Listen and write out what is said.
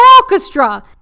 orchestra